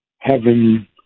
heaven